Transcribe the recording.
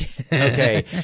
Okay